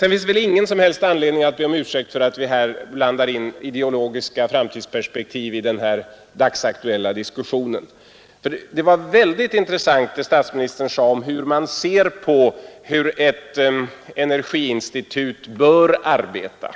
Det finns ingen som helst anledning att be om ursäkt för att vi blandar in ideologiska framtidsperspektiv i den här dagsaktuella diskussionen. Det var mycket intressant att få del av statsministerns syn på hur ett energiinstitut bör arbeta.